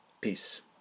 Peace